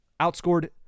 outscored